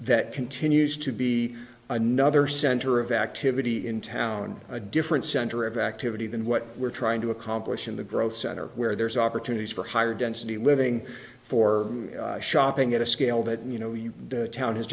that continues to be another center of activity in town a different center of activity than what we're trying to accomplish in the growth center where there's opportunities for higher density living for shopping at a scale that you know your town